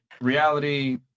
reality